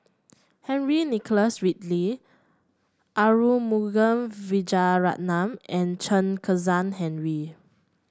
Henry Nicholas Ridley Arumugam Vijiaratnam and Chen Kezhan Henri